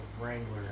Wrangler